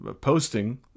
posting